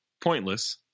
pointless